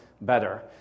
better